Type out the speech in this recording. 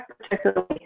particularly